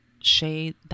shade